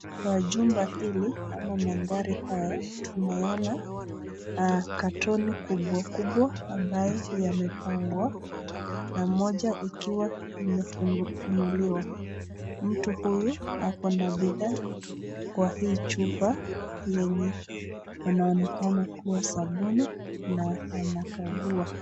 Kwa jumba hili ama mandhari haya tunaona katoni kubwa kubwa ambayo yamepangwa na moja ikiwa imefunuliwa. Mtu huyu ako na bidhaa kwa hii chupa yenye inaonekana kuwa sabuni na anakagua.